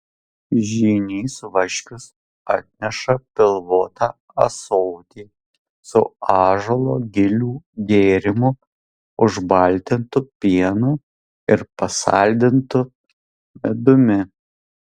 žynys vaškius atneša pilvotą ąsotį su ąžuolo gilių gėrimu užbaltintu pienu ir pasaldintu medumi